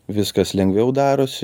viskas lengviau darosi